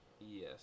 yes